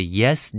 yes